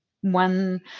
one